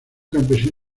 campesino